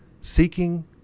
seeking